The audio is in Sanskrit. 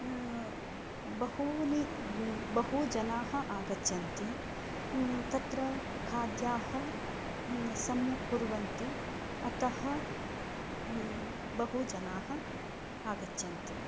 बहूनि बहुजनाः आगच्छन्ति तत्र खाद्याः सम्यक् कुर्वन्ति अतः बहुजनाः आगच्छन्ति